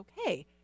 okay